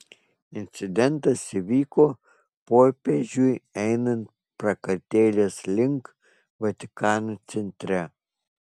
incidentas įvyko popiežiui einant prakartėlės link vatikano centre